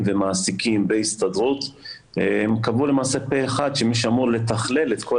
ומעסיקים בהסתדרות קבעו למעשה פה אחד שמי שאמור לתכלל את כל